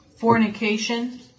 fornication